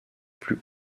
plus